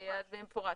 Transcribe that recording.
במפורש.